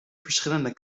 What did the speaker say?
verschillende